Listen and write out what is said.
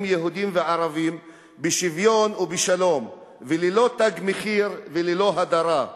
יהודים וערבים בשוויון ובשלום וללא "תג מחיר" וללא הדרה.